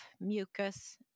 mucus